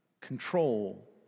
control